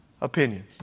Opinions